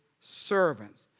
servants